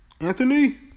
Anthony